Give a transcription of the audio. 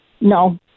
No